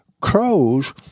crows